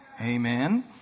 Amen